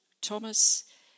Thomas